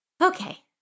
Okay